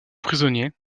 prisonniers